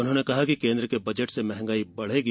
उन्होंने कहा कि केंद्र के बजट से मंहगाई बढ़ेगी